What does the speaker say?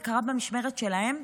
זה קרה במשמרת שלהם,